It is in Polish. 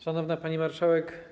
Szanowna Pani Marszałek!